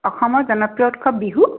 অসমৰ জনপ্ৰিয় উৎসৱ বিহু